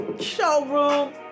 showroom